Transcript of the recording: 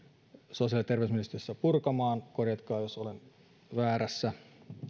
sosiaali ja terveysministeriössä purkamaan korjatkaa jos olen väärässä